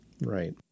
Right